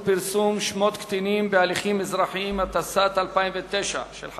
נתקבלה, ותועבר